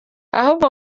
ahubwo